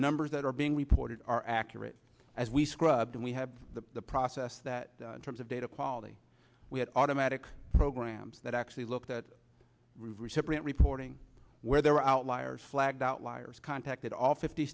numbers that are being reported are accurate as we scrub them we have the process that terms of data quality we had automatic programs that actually looked at recipient reporting where their outliers flagged outliers contacted all fifty